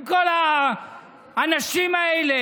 עם כל האנשים האלה,